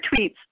tweets